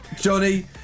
Johnny